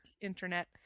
Internet